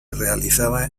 realizaba